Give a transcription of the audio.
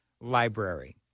library